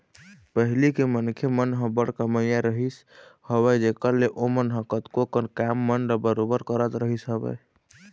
पहिली के मनखे मन ह बड़ कमइया रहिस हवय जेखर ले ओमन ह कतको कन काम मन ल बरोबर करत रहिस हवय